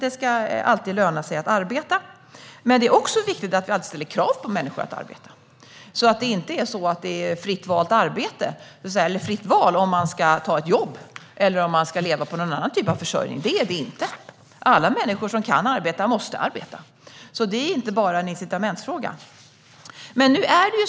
Det ska alltid löna sig att arbeta, men det är också viktigt att vi alltid ställer krav på människor att arbeta. Det ska inte vara ett fritt val om man ska ta ett jobb eller om man ska leva på någon annan typ av försörjning. Det är det inte. Alla människor som kan arbeta måste arbeta, så det är inte bara en incitamentsfråga.